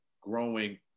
growing